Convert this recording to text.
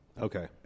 Okay